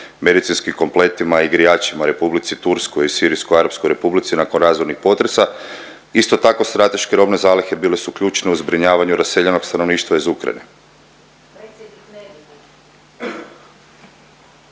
medicinskim kompletima i grijačima Republici Turskoj i Sirijsko Arapskoj Republici nakon razornih potresa. Isto tako strateške robne zalihe bile su ključne u zbrinjavanju raseljenog stanovništva iz Ukrajine.